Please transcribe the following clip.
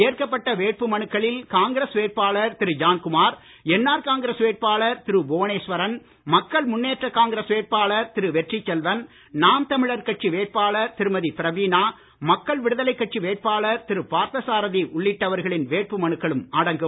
ஏற்கப்பட்ட வேடபு மனுக்களில் காங்கிரஸ் வேட்பாளர் திரு ஜான்குமார் என்ஆர் காங்கிரஸ் வேட்பாளர் திரு புவனேஸ்வரன் மக்கள் முன்னேற்றக் காங்கிரஸ் வேட்பாளர் திரு வெற்றிச் செல்வன் நாம் தமிழர் கட்சி வேட்பாளர் திருமதி பிரவீணா விடுதலைக் கட்சி வேட்பாளர் திரு மக்கள் பார்த்தசாரதி உள்ளிட்டவர்களின் வேட்புமனுக்களும் அடங்கும்